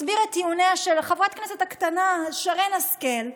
מסביר את טיעוניה של חברת הכנסת הקטנה שרן השכל,